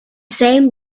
same